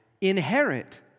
inherit